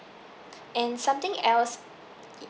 and something else